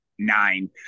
nine